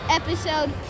episode